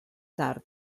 tard